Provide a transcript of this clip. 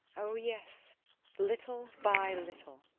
oh, yes little by little.